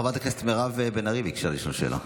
חברת הכנסת מירב בן ארי ביקשה לשאול שאלה.